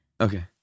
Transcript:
Okay